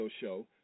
show